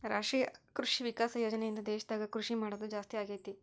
ರಾಷ್ಟ್ರೀಯ ಕೃಷಿ ವಿಕಾಸ ಯೋಜನೆ ಇಂದ ದೇಶದಾಗ ಕೃಷಿ ಮಾಡೋದು ಜಾಸ್ತಿ ಅಗೈತಿ